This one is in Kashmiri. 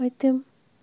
پٔتِم